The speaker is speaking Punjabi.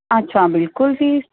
ਅੱਛਾ ਬਿਲਕੁਲ ਜੀ